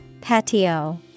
Patio